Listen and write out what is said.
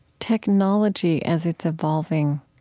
technology as it's evolving,